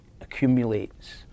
accumulates